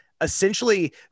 essentially